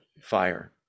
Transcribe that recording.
fire